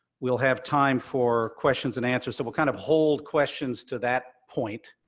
we'll have time for questions and answers, so we'll kind of hold questions to that point,